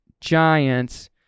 Giants